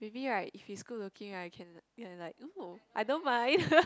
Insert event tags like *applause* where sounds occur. maybe right if he's good looking right I can can like oh I don't mind *laughs*